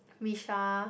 Missha